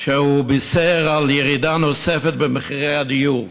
והוא בישר על ירידה נוספת במחירי הדיור.